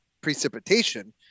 precipitation